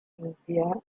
nubia